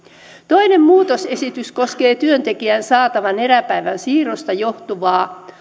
toinen muutosesitys koskee työntekijän saatavan eräpäivän siirrosta johtuvaa